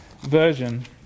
version